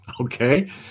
okay